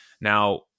Now